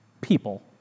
people